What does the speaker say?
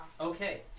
Okay